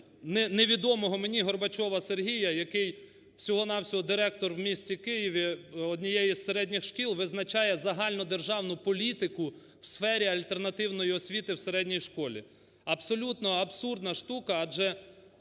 невідомого мені Горбачова Сергія, який всього-на-всього директор в місті Києві однієї з середніх шкіл, визначає загальнодержавну політику в сфері альтернативної освіти в середній школі. Абсолютно абсурдна штука, адже